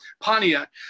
Pontiac